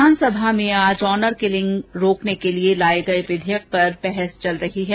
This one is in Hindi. विधानसभा में आज ऑनर किलिंग रोकने के लिए लाये गये विधेयक भी बहस चल रही है